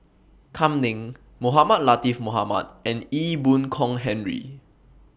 Kam Ning Mohamed Latiff Mohamed and Ee Boon Kong Henry